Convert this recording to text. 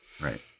Right